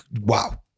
Wow